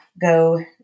go